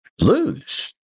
lose